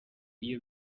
iyo